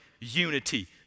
unity